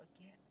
again